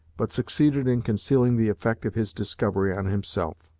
but succeeded in concealing the effect of his discovery on himself.